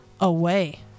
away